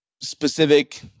specific